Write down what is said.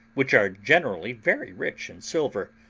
which are generally very rich in silver,